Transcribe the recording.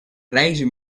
reizen